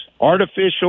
artificial